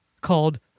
called